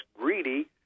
greedy